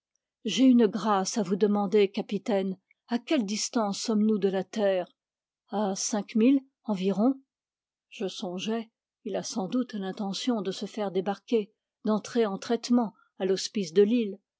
j'ai une grâce à vous demander capitaine a quelle distance sommes-nous de la terre a cinq milles environ je songeai il a sans doute l'intention de se faire débarquer d'entrer en traitement à l'hospice de l'île